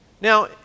Now